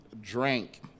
drank